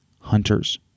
Hunters